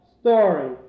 story